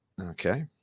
Okay